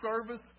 service